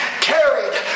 carried